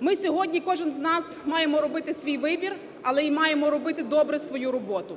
Ми сьогодні, кожен з нас маємо робити свій вибір. Але й маємо робити добре свою роботу.